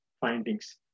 findings